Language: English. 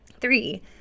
Three